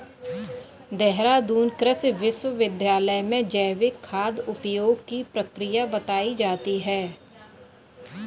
देहरादून कृषि विश्वविद्यालय में जैविक खाद उपयोग की प्रक्रिया बताई जाती है